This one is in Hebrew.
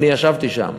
אני ישבתי שם,